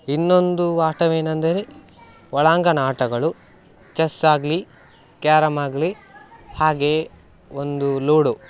ಇನ್ನೊಂದು ಆಟವೇನಂದರೆ ಒಳಾಂಗಣ ಆಟಗಳು ಚೆಸ್ ಆಗಲೀ ಕ್ಯಾರಮ್ ಆಗಲೀ ಹಾಗೆಯೇ ಒಂದು ಲೂಡೋ